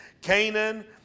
Canaan